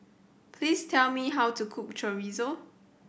please tell me how to cook Chorizo